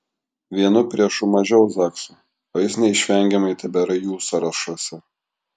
vienu priešu mažiau zaksui o jis neišvengiamai tebėra jų sąrašuose